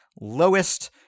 lowest